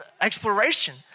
exploration